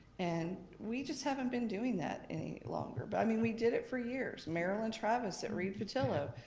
and we just haven't been doing that any longer. but i mean we did it for years, marylyn travis at reed vatilo,